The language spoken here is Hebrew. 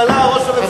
נא, רבותי.